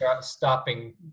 Stopping